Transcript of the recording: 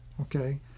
okay